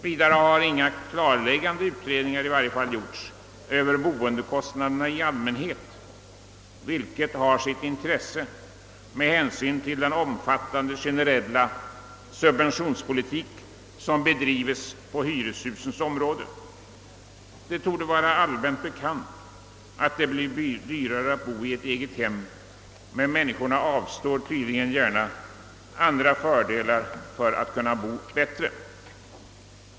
Vidare har inga klarläggande utredningar i varje fall gjorts över boendekostnaderna i allmänhet, vilket skulle ha sitt intresse med hänsyn till den omfattande generella subventionspolitik som bedrivs när det gäller hyreshus. Det torde vara allmänt bekant att det blir dyrare att bo i ett eget hem, men människor avstår tydligen gärna från andra fördelar för att kunna bo bättre.